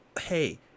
hey